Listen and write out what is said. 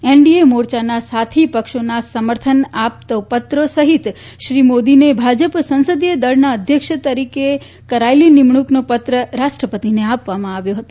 NDA મોરચાના સાથી પક્ષોના સમર્થન આપતા પત્ર સહિત શ્રી મોદીને ભાજપ સંસદીય દળના અધ્યક્ષ તરીકે કરાયેલી નિમણૂકનો પત્ર રાષ્ટ્રપતિને આપવામાં આવ્યો હતો